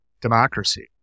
democracy